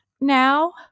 now